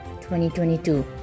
2022